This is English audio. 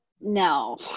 No